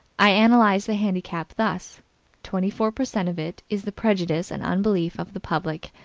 i analyze the handicap thus twenty four per cent of it is the prejudice and unbelief of the public,